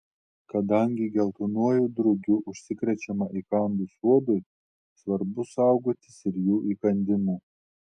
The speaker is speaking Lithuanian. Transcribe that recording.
kadangi geltonuoju drugiu užsikrečiama įkandus uodui svarbu saugotis ir jų įkandimų